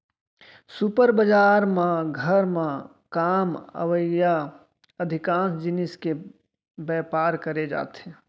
super बजार म घर म काम अवइया अधिकांस जिनिस के बयपार करे जाथे